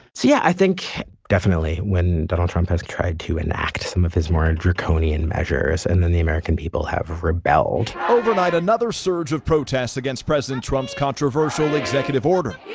yeah, i think definitely when donald trump has tried to enact some of his more and draconian measures and then the american people have rebelled overnight, another surge of protests against president trump's controversial executive order